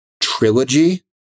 trilogy